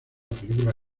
película